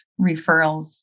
referrals